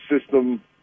system